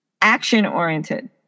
action-oriented